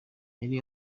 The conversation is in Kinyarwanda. yari